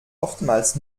oftmals